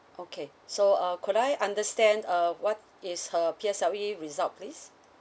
okay so uh could I understand uh what is her P_S_L_E result please